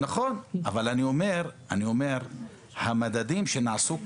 נכון, אבל אני אומר: המדדים שנעשו כאן,